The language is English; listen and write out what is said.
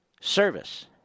service